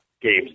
games